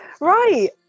right